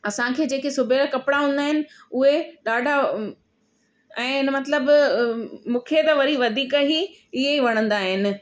असांखे जेके सिबियल कपिड़ा हूंदा आहिनि उहे ॾाढा ऐं मतिलबु मूंखे त वरी वधीक ई इहे वणंदा आहिनि